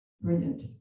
brilliant